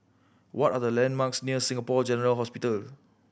what are the landmarks near Singapore General Hospital